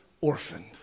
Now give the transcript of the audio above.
orphaned